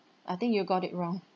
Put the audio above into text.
I think you got it wrong